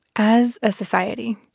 as a society,